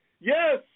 Yes